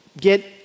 get